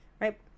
right